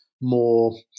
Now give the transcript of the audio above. more